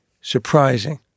surprising